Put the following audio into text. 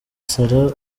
sarah